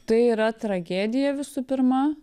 tai yra tragedija visų pirma